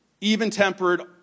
even-tempered